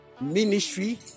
ministry